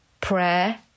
Prayer